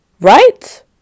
Right